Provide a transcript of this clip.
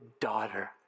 daughter